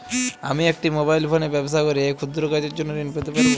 আমি একটি মোবাইল ফোনে ব্যবসা করি এই ক্ষুদ্র কাজের জন্য ঋণ পেতে পারব?